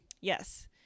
Yes